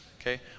okay